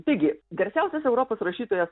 taigi garsiausias europos rašytojas